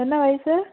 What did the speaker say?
என்ன வயசு